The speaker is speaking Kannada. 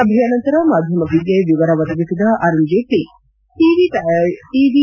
ಸಭೆಯ ನಂತರ ಮಾಧ್ಯಮಗಳಿಗೆ ವಿವರ ಒದಗಿಸಿದ ಅರುಣ್ ಜೇಟ್ಸಿ ಟಿ